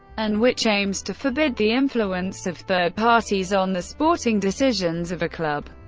and which aims to forbid the influence of third parties on the sporting decisions of a club.